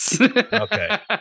Okay